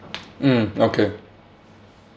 mm okay